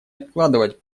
откладывать